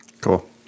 Cool